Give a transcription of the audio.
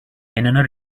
another